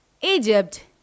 egypt